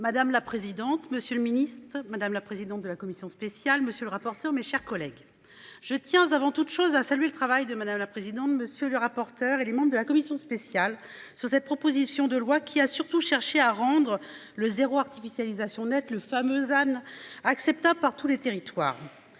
Madame la présidente, monsieur le ministre de madame la présidente de la commission spéciale. Monsieur le rapporteur. Mes chers collègues je tiens avant toute chose, a salué le travail de madame la présidente, monsieur le rapporteur, et les membres de la commission spéciale sur cette proposition de loi qui a surtout cherché à rendre le zéro artificialisation nette le fameux Anne acceptables par tous les territoires.